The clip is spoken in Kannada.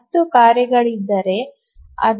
10 ಕಾರ್ಯಗಳಿದ್ದರೆ